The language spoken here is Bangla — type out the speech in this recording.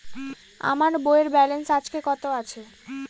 আমার বইয়ের ব্যালেন্স আজকে কত আছে?